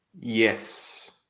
Yes